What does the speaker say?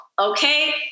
okay